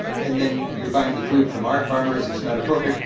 and then you're buying the food from our farmers, it's not appropriate.